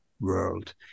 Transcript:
world